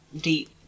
deep